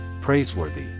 praiseworthy